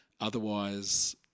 Otherwise